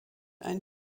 ein